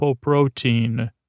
protein